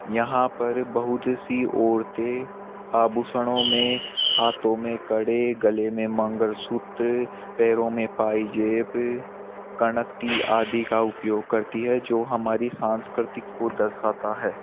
यहाँ पर बहुत सी औरतें आभूषणों में हाथों मे कड़े गले में मंगलसूत्र पैरों में पाजेब कड़कती आदि का उपयोग करती हैं जो हमारी संस्कृति को दर्शाता है